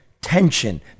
tension